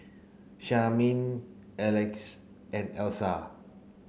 Charmaine Alexys and Elsa